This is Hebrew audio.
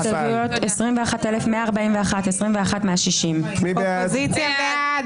21,301 עד 21,320. מי בעד?